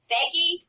Becky